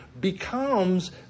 becomes